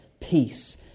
Peace